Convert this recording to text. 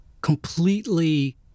completely